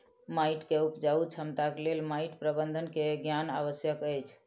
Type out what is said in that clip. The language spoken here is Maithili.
माइट के उपजाऊ क्षमताक लेल माइट प्रबंधन के ज्ञान आवश्यक अछि